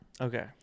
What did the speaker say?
Okay